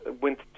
went